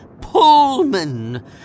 Pullman